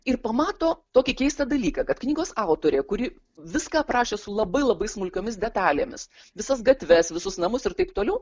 ir pamato tokį keistą dalyką kad knygos autorė kuri viską aprašė su labai labai smulkiomis detalėmis visas gatves visus namus ir taip toliau